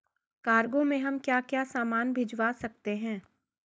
Cargo में हम क्या क्या सामान भिजवा सकते हैं?